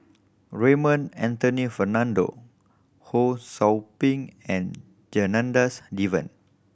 Raymond Anthony Fernando Ho Sou Ping and Janadas Devan